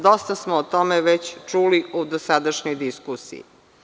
Dosta smo o tome već čuli u dosadašnjoj diskusiji.